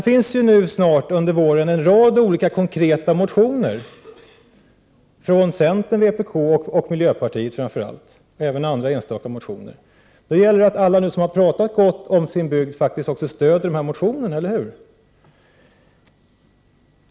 Under våren kommer en rad olika konkreta motioner från centern, vpk och framför allt miljöpartiet att behandlas. Det finns även några andra enstaka motioner. Det gäller då att alla de som har pratat gott om sin bygd faktiskt också stöder dessa motioner, eller hur?